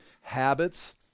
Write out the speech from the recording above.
habits